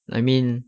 I mean